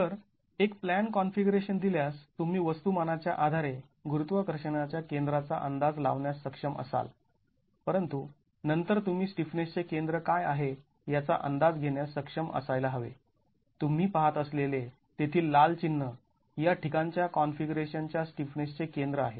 तर एक plan configuration दिल्यास तुम्ही वस्तुमाना च्या आधारे गुरुत्वाकर्षणाच्या केंद्राचा अंदाज लावण्यास सक्षम असाल परंतु नंतर तुम्ही स्टिफनेसचे केंद्र काय आहे याचा अंदाज घेण्यास सक्षम असायला हवे तुम्ही पाहत असलेले तेथील लाल चिन्ह या ठिकाणच्या कॉन्फिगरेशनच्या स्टिफनेसचे केंद्र आहे